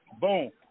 Boom